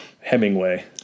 Hemingway